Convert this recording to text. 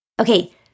Okay